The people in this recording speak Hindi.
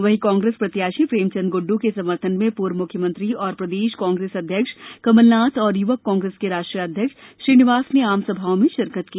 वहीं कांग्रेस प्रत्याशी प्रेमचंद गुड्ड के समर्थन में पूर्व मुख्यमंत्री और प्रदेष कांग्रेस अध्यक्ष कमलनाथ और युवक कांग्रेस के राष्ट्रीय अध्यक्ष श्रीनिवास ने आम सभाओं में शिरकत की